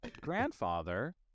grandfather